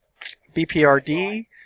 BPRD